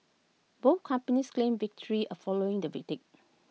both companies claimed victory A following the verdict